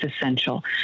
essential